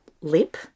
lip